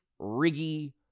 riggy